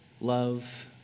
love